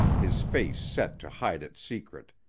his face set to hide its secret,